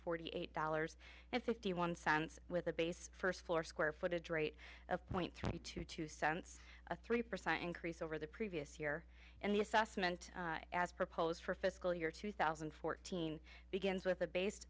forty eight dollars and fifty one cents with a base first floor square footage rate of point three to two cents a three percent increase over the previous year and the assessment as proposed for fiscal year two thousand and fourteen begins with a bas